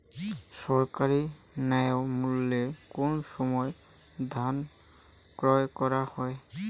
সরকারি ন্যায্য মূল্যে কোন সময় ধান ক্রয় করা হয়?